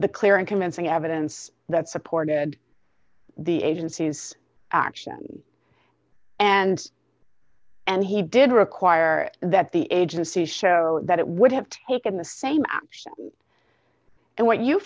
the clear and convincing evidence that supported the agency's action and and he did require that the agency show that it would have taken the same action and what you